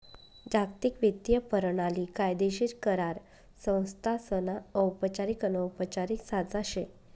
जागतिक वित्तीय परणाली कायदेशीर करार संस्थासना औपचारिक अनौपचारिक साचा शे